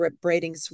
Braiding